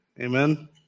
Amen